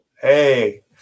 Hey